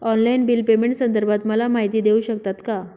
Online bill पेमेंटसंदर्भात मला माहिती देऊ शकतात का?